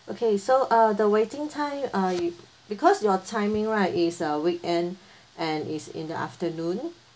okay so uh the waiting time uh because your timing right is a weekend and is in the afternoon